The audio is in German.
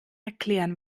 erklären